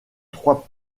trois